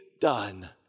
done